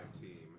team